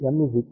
కాబట్టి M N 5